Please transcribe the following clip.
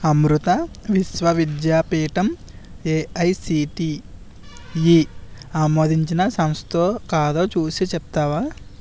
Amrita Vishwa Vidyapeetham AICTE ఆమోదించిన సంస్థో కాదో చూసి చెప్తావా